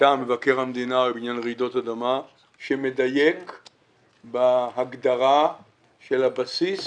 מטעם מבקר המדינה בעניין רעידות אדמה שמדייק בהגדרה של הבסיס